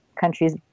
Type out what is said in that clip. countries